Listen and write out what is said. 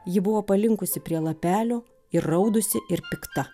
ji buvo palinkusi prie lapelio įraudusi ir pikta